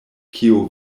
kio